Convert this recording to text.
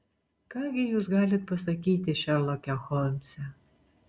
ką gi jūs galit pasakyti šerloke holmse